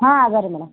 ಹಾಂ ಅದ ರೀ ಮೇಡಮ್